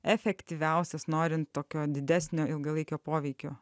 efektyviausias norint tokio didesnio ilgalaikio poveikio